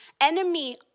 enemy